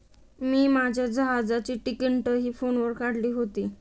मी माझ्या जहाजाची तिकिटंही फोनवर काढली होती